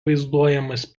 vaizduojamas